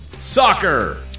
Soccer